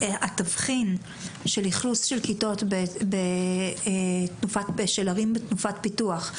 התבחין של אכלוס כיתות בערים בתנופת פיתוח,